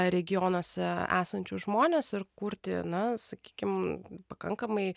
regionuose esančius žmones ir kurti na sakykim pakankamai